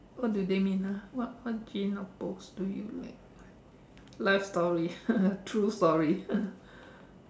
what do they mean ah what what gene of books do you like life story true story